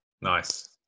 nice